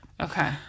Okay